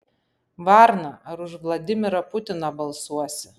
varna ar už vladimirą putiną balsuosi